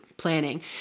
planning